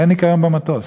אין ניקיון במטוס.